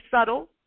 subtle